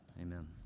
amen